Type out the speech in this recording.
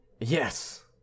Yes